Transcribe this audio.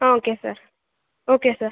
ah okay sir okay sir